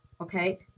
okay